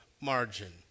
margin